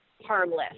harmless